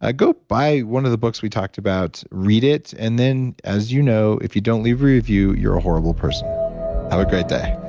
ah go buy one of the books we talked about, read it. and then as you know, if you don't leave review, you're a horrible person. have a great day.